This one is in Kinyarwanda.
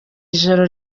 ijoro